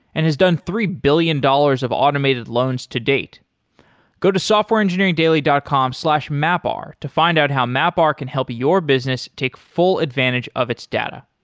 and has three billion dollars of automated loans to date go to softwareengineeringdaily dot com slash mapr to find out how mapr can help your business take full advantage of its data.